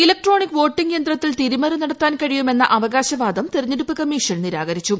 electronic voting യന്ത്രത്തിൽ തിരിമറി നടത്താൻ കഴിയുമെന്ന അവകാശവാദം തിരഞ്ഞെടുപ്പ് കമ്മീഷൻ നിരാകരിച്ചു